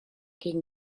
gegen